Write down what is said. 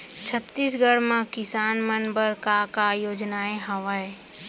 छत्तीसगढ़ म किसान मन बर का का योजनाएं हवय?